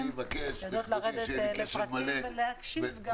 יודעות לרדת לפרטים ולהקשיב.